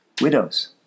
widows